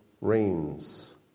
reigns